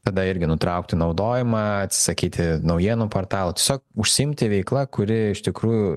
tada irgi nutraukti naudojimą atsisakyti naujienų portalų tiesiog užsiimti veikla kuri iš tikrųjų